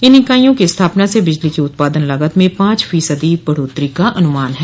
इन इकाईयों की स्थापना से बिजली के उत्पादन लागत में पांच फीसदी बढ़ोत्तरी का अनुमान है